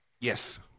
Yes